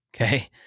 Okay